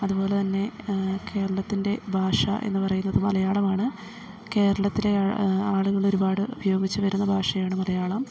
അത്പോലെതന്നെ കേരളത്തിൻ്റെ ഭാഷ എന്ന് പറയുന്നത് മലയാളമാണ് കേരളത്തിലെ ആളുകളൊരുപാട് ഉപയോഗിച്ച് വരുന്ന ഭാഷയാണ് മലയാളം